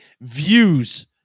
views